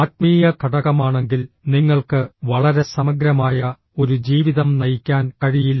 ആത്മീയ ഘടകമാണെങ്കിൽ നിങ്ങൾക്ക് വളരെ സമഗ്രമായ ഒരു ജീവിതം നയിക്കാൻ കഴിയില്ല